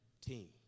team